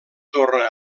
torna